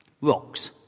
Rocks